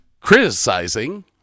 criticizing